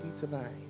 tonight